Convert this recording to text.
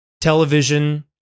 Television